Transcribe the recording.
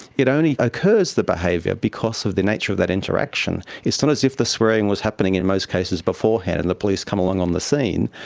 it only occurs, the behaviour, because of the nature of that interaction. it's not as if the swearing was happening, in most cases, before and the police come along on the scene.